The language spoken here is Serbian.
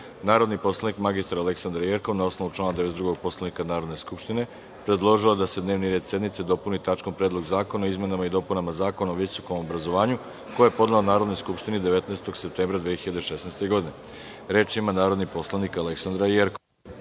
predlog. Narodni poslanik mr Aleksandra Jerkov, na osnovu člana 92. Poslovnika Narodne skupštine, predložila je da se dnevni red sednice dopuni tačkom – Predlog zakona o izmenama i dopunama Zakona o udžbenicima, koji je podnela Narodnoj skupštini 26. septembra 2016. godine. Reč ima narodni poslanik Aleksandra Jerkov.